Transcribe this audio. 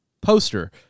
poster